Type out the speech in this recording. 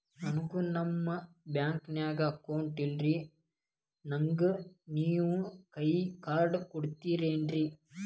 ನನ್ಗ ನಮ್ ಬ್ಯಾಂಕಿನ್ಯಾಗ ಅಕೌಂಟ್ ಇಲ್ರಿ, ನನ್ಗೆ ನೇವ್ ಕೈಯ ಕಾರ್ಡ್ ಕೊಡ್ತಿರೇನ್ರಿ?